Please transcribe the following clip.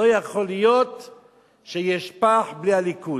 לא יכול להיות שיש פח בלי הליכוד.